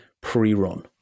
pre-run